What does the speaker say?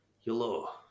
hello